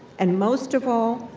and most of all,